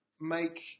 make